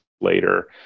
later